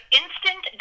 instant